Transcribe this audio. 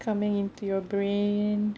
coming into your brain